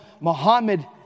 Muhammad